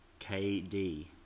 Kd